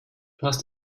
hast